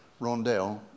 Rondell